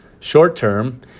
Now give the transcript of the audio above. Short-term